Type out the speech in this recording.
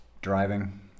driving